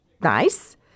Nice